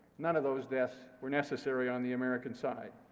none of those deaths were necessary on the american side.